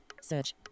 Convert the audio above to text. search